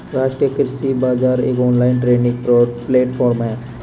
राष्ट्रीय कृषि बाजार एक ऑनलाइन ट्रेडिंग प्लेटफॉर्म है